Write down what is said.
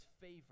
favor